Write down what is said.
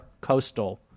coastal